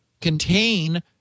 contain